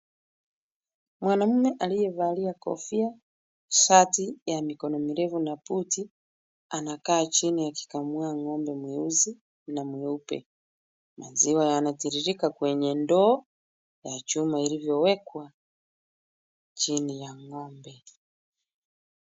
Mwanaume aliyevalia kofia, shati ya mikono mirefu na buti, anakaa chini akikamua ng'ombe mweusi na mweupe. Maziwa yanatiririka kwenye ndoo ya chuma ilivyowekwa chini ya ng'ombe.